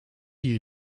you